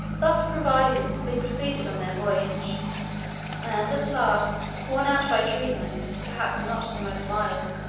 thus provided, they proceeded on their voyage and at last, worn out by treatment, perhaps not the most mild,